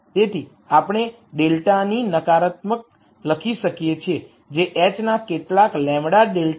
તેથી આપણે ∇ ની નકારાત્મક લખી શકીએ છીએ જે h ના કેટલાક λ ∇ જેટલું હોવું જોઈએ